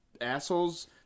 assholes